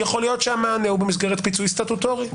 יכול להיות שהמענה הוא במסגרת פיצוי סטטוטורי.